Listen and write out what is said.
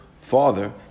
father